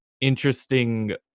interesting